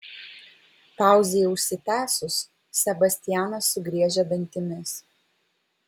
pauzei užsitęsus sebastianas sugriežė dantimis